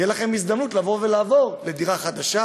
תהיה לכם הזדמנות לעבור לדירה חדשה.